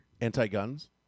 anti-guns